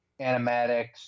animatics